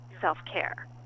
self-care